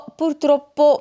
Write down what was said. purtroppo